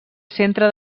centre